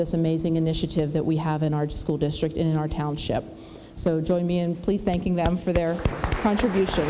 this amazing initiative that we have in our school district in our township so join me and please thanking them for their contribution